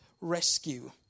rescue